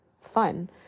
fun